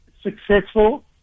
successful